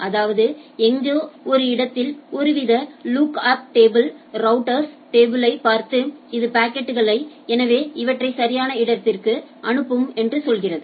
அதாவது எங்கோ ஒரு இடத்தில் ஒருவித லுக்அப் டேபிள் ரௌட்டர்ஸ் டேபிளை பார்த்து இது பாக்கெட் எனவே இவற்றை சரியான இடத்திற்கு அனுப்பவும் என்று சொல்கிறது